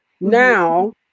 Now